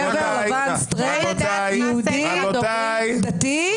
גבר לבן סטרייט יהודי דתי.